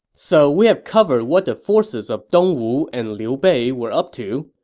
so we have covered what the forces of dongwu and liu bei were up to.